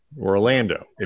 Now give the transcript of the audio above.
Orlando